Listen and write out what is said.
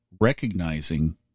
recognizing